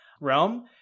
realm